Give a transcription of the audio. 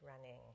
running